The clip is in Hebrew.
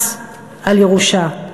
מס על ירושה,